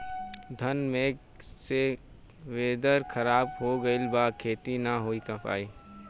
घन मेघ से वेदर ख़राब हो गइल बा खेती न हो पाई